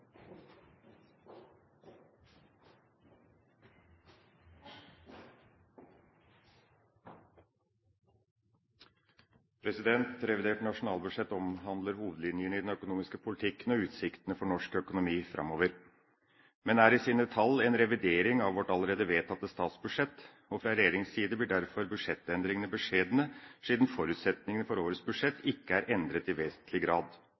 i sine tall en revidering av vårt allerede vedtatte statsbudsjett. Fra regjeringens side blir derfor budsjettendringene beskjedne siden forutsetningene for årets budsjett ikke er endret i vesentlig grad.